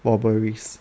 robberies